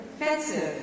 offensive